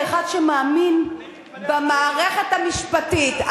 כאחד שמאמין במערכת המשפטית,